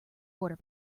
quarter